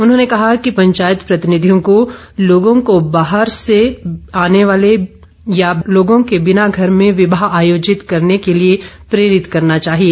उन्होंने कहा कि पंचायत प्रतिनिधियों को लोगों को बाहर के लोगों के बिना घर में विवाह आयोजित करने के लिए प्रेरित करना चाहिए